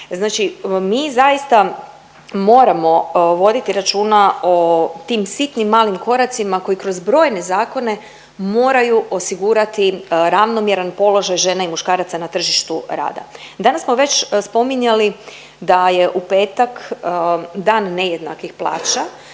mi zaista moramo voditi računa o tim sitnim malim koracima koji kroz brojne zakone moraju osigurati ravnomjeran položaj žena i muškaraca na tržištu rada. Danas smo već spominjali da je u petak dan nejednakih plaća,